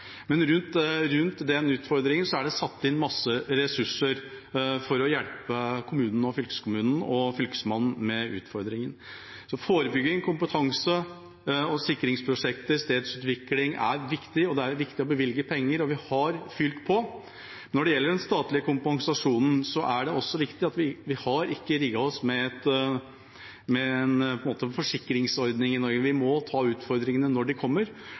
rundt det er det satt inn masse ressurser for å hjelpe kommunen og fylkeskommunen med utfordringen. Så forebygging, kompetanse, sikringsprosjekter og stedsutvikling er viktig, og da er det viktig å bevilge penger – og vi har fylt på. Når det gjelder den statlige kompensasjonen, er det også slik at vi ikke har rigget oss med en forsikringsordning i Norge. Vi må ta utfordringene når de kommer.